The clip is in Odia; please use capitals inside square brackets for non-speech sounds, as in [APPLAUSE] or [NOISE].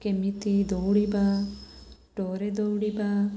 କେମିତି ଦୌଡ଼ିବା [UNINTELLIGIBLE] ଦୌଡ଼ିବା